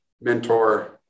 mentor